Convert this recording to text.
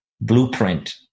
blueprint